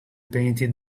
painted